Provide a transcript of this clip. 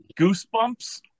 Goosebumps